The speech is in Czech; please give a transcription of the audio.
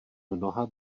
mnoha